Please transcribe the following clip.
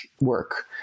work